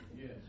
Yes